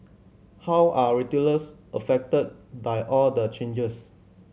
how are retailers affected by all the changes